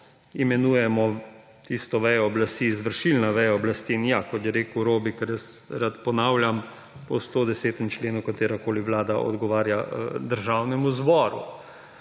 imenujemo tisto vejo oblasti izvršilna veja oblasti. In ja, kot je rekel Robi, ker jaz rad ponavljam, po 110. členu katerakoli vlada odgovarja državnemu zbor.